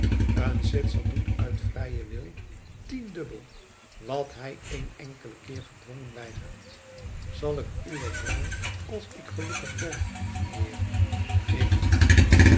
een zwitser doet uit vrijen wil tiendubbel wat hij één enkelen keer gedwongen weigert zal ik u wat brengen als ik gelukkig ben heer ik